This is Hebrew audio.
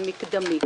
ידון מיד.